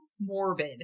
morbid